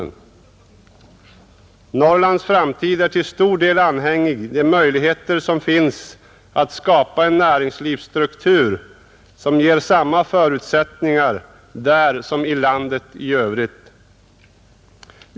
Norrlands framtid är till stor del avhängig av de möjligheter som finns att skapa en näringslivsstruktur som ger samma förutsättningar där som i landet i övrigt.